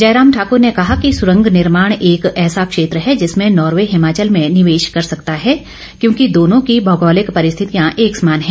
जयराम ठाकुर ने कहा कि सुरंग निर्माण एक ऐसा क्षेत्र है जिसमें नार्वे हिमाचल में निवेश कर सकता है क्योंकि दोनों की भौगोलिक परिश्थितियां एक समान हैं